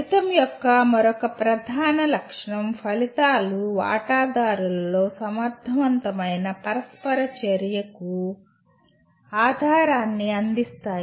ఫలితం యొక్క మరొక ప్రధాన లక్షణం ఫలితాలు వాటాదారులలో సమర్థవంతమైన పరస్పర చర్యకు ఆధారాన్ని అందిస్తాయి